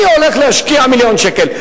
מי הולך להשקיע מיליון שקל?